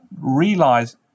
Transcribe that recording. realize